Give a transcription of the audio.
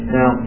Now